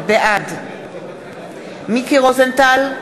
בעד מיקי רוזנטל,